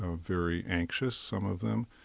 ah very anxious, some of them.